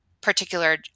particular